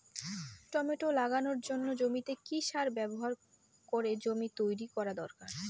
Tomato লাগানোর জন্য জমিতে কি সার ব্যবহার করে জমি তৈরি করা দরকার?